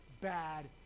bad